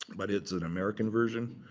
but it's an american version.